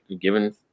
given